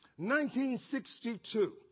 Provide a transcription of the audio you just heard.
1962